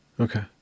Okay